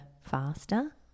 faster